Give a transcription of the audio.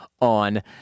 on